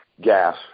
gas